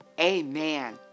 Amen